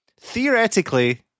Theoretically